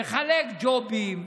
מחלק ג'ובים,